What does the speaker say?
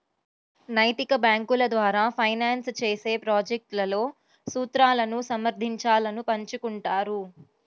నైతిక బ్యేంకుల ద్వారా ఫైనాన్స్ చేసే ప్రాజెక్ట్లలో సూత్రాలను సమర్థించాలను పంచుకుంటారు